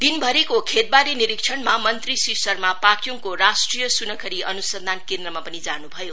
दिनभरीको खेतीवारी निरीक्षणमा मंत्री श्री शर्मा पाक्योङको राष्ट्रिय सुनखरी अनुसन्धान केन्द्रमा पनि जानु भयो